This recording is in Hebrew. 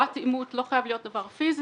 ופרט אימות לא חייב להיות דבר פיזי,